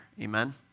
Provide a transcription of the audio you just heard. amen